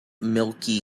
milky